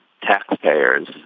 taxpayers